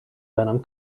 venom